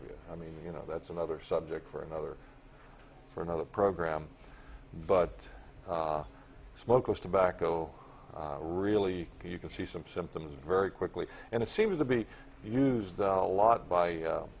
t i mean you know that's another subject for another for another program but smokeless tobacco really you can see some symptoms very quickly and it seems to be used out a lot by